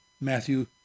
Matthew